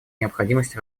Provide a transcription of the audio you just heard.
необходимость